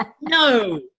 no